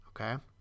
Okay